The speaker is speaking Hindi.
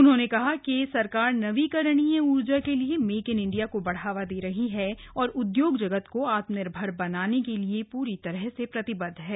उन्होंने कहा कि सरकार नवीकरणीय ऊर्जा के लिए मेक इन इंडिया को बढ़ावा दे रही है और उद्योग जगत को आत्मनिर्भर बनाने के लिए पूरी तरह से प्रतिबद्ध है